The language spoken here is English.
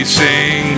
sing